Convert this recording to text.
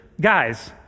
guys